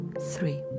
three